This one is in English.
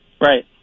Right